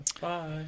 Bye